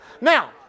Now